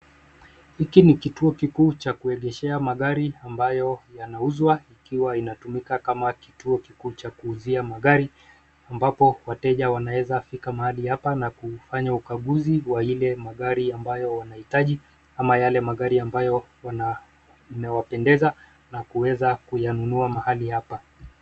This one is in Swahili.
Hiki ni kituo kikuu cha kuegeshea magari ambayo yanauzwa ikiwa inatumika kama kituo kikuu cha kuuzia magari ambapo wateja wanaweza kufika mahali hapa na kufanya ukaguzi wa ile magari ambayo wanahitaji ama yale magari ambayo yanawapendeza na kuweza kuyanunua mahali hapa.